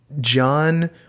John